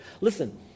Listen